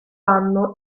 anno